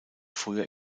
früher